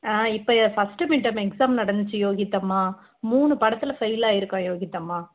இப்போ first midterm exam நடந்துச்சு யோகித் அம்மா மூணு பாடத்தில் ஃபெயில் ஆகிருக்கான் யோகித் அம்மா